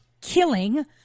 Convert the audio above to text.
killing